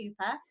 Cooper